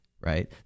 right